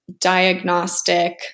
diagnostic